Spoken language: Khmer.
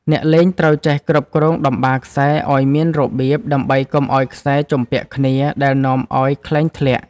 អ្នកលេងត្រូវចេះគ្រប់គ្រងតម្បារខ្សែឱ្យមានរបៀប ដើម្បីកុំឱ្យខ្សែជំពាក់គ្នាដែលនាំឱ្យខ្លែងធ្លាក់។